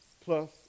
plus